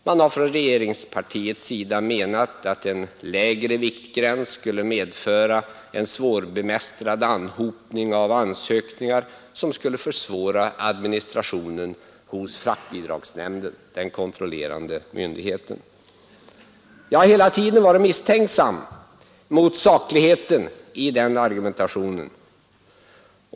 Man har från regeringspartiets sida menat att en lägre viktgräns skulle medföra en svårbemästrad anhopning av ansökningar som skulle försvåra administrationen hos fraktbidragsnämnden, den kontrollerande myndigheten. Jag har hela tiden varit misstänksam mot sakligheten i denna argumentation.